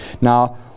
Now